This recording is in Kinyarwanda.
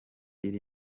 iri